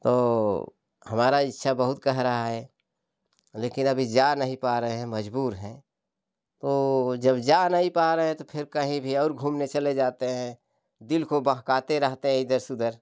तो हमारा इच्छा बहुत कह रहा है लेकिन अभी जा नहीं पा रहे मजबूर हैं तो जब जा नहीं पा रहें तो फिर कहीं भी और घूमने चले जाते हैं दिल को बहकाते रहते है इधर से उधर